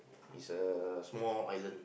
it's a small island